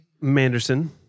Manderson